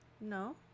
No